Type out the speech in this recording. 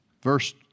Verse